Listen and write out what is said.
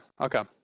okay